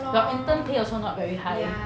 your intern pay also not very high